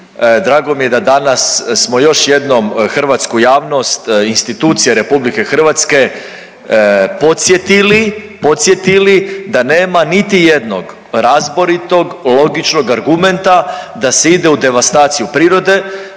drago mi je da danas smo još jednom hrvatsku javnost i institucije RH podsjetili, podsjetili da nema niti jednog razboritog logičnog argumenta da se ide u devastaciju prirode,